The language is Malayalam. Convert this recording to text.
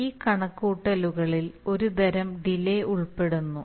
ഈ കണക്കുകൂട്ടലുകളിൽ ഒരുതരം ഡിലേ ഉൾപ്പെടുന്നു